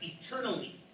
eternally